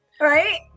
right